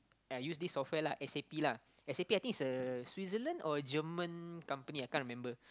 yeah use this offer lah s_a_p lah s_a_p I think is a Switzerland or German company I can't remember